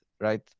Right